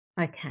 Okay